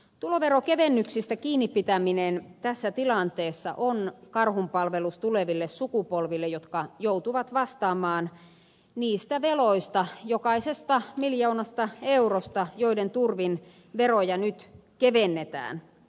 tuloveronkevennyksistä kiinni pitäminen tässä tilanteessa on karhunpalvelus tuleville sukupolville jotka joutuvat vastaamaan niistä veloista jokaisesta miljoonasta eurosta joiden turvin veroja nyt kevennetään